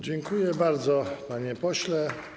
Dziękuję bardzo, panie pośle.